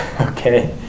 okay